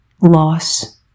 Loss